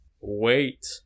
wait